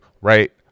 right